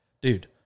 Dude